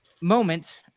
moment